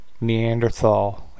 Neanderthal